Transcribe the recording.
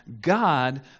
God